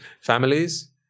families